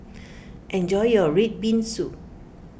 enjoy your Red Bean Soup